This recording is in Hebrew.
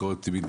ביקורת פנימית,